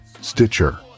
Stitcher